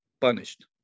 punished